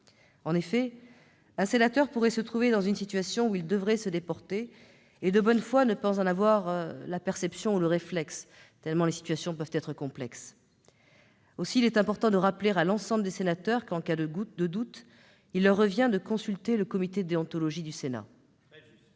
En effet, un sénateur pourrait se trouver dans une situation où il devrait se déporter et, de bonne foi, ne pas en avoir la perception ou le réflexe, tant de telles situations peuvent être complexes. Aussi est-il important de rappeler à l'ensemble des sénateurs que, en cas de doute, il leur revient de consulter le comité de déontologie du Sénat.